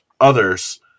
others